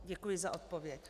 Děkuji za odpověď.